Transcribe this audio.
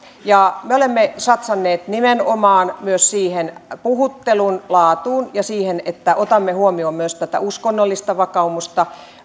me olemme satsanneet nimenomaan myös puhuttelun laatuun ja siihen että otamme huomioon myös uskonnollista vakaumusta